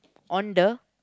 on the